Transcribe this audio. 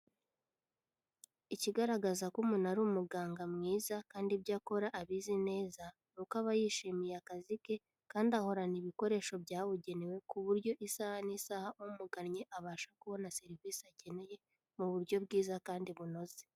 Ikigaragaza ko umuntu ari umuganga mwiza kandi ibyo akora abizi neza, ni uko aba yishimiye akazi ke kandi ahorana ibikoresho byabugenewe ku buryo isaha n'isaha umugannye abasha kubona serivisi akeneye, mu buryo bwiza kandi bunoze.